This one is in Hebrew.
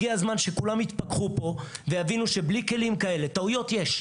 הגיע הזמן שכולם יתפכחו פה ויבינו שטעויות יש,